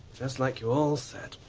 just like you all said.